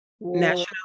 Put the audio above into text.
National